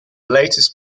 latest